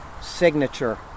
signature